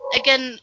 again